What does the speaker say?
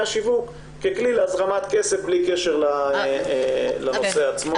השיווק ככלי להזרמת כסף בלי קשר לנושא עצמו.